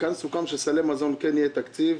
כאן סוכם שלסלי מזון כן יהיה תקציב.